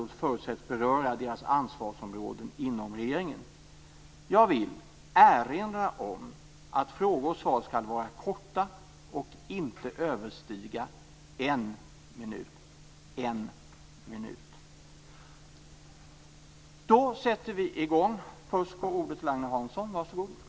Vad avser kulturministern vidta för åtgärder för att göra det möjligt att tekniken ska kunna byggas ut även i framtiden, att alla ska kunna se TV överallt i landet i fortsättningen och att public service ska räddas?